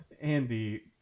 Andy